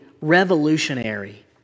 revolutionary